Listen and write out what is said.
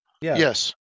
yes